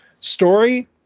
Story